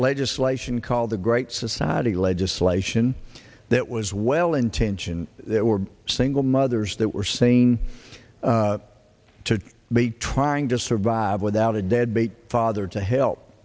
legislation called the great society legislation that was well intentioned that were single mothers that were saying to me trying to survive without a deadbeat father to help